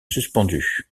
suspendues